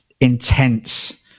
intense